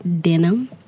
denim